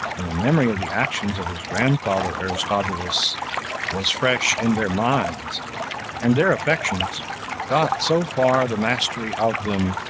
and the memory of the actions of his grandfather aristobulus was fresh in their minds and their affections got so far the mastery of them,